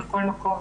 בכל מקום.